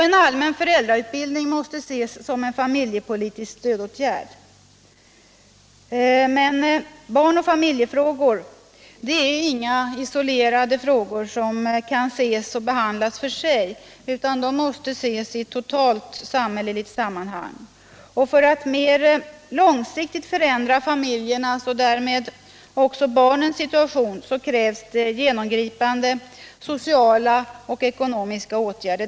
En allmän föräldrautbildning måste ses som en familjepolitisk stödåtgärd. Men barnoch familjefrågor är inga isolerade frågor som kan ses och behandlas för sig, utan de måste ses i ett totalt samhälleligt sammanhang. Och för att mer långsiktigt förändra familjernas och därmed också barnens situation krävs genomgripande sociala och ekonomiska åtgärder.